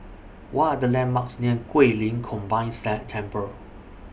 What Are The landmarks near Guilin Combined sled Temple